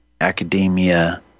academia